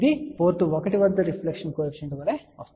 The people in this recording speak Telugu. ఇది పోర్ట్ 1 వద్ద రిఫ్లెక్షన్ కో ఎఫిషియంట్ వలె ఉంటుంది